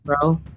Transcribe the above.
bro